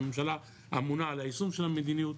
הממשלה אמונה על היישום של המדיניות,